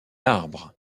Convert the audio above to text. arbre